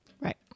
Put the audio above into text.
Right